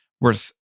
worth